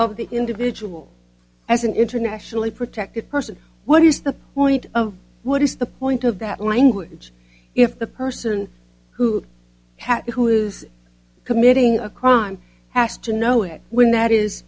of the individual as an internationally protected person what is the point of what is the point of that language if the person who has who is committing a crime has to know it when that is